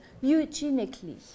eugenically